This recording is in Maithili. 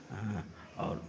हँ आओर